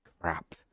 Crap